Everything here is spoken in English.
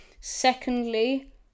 Secondly